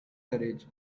courage